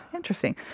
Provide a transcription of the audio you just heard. Interesting